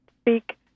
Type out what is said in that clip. speak